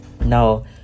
now